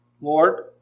Lord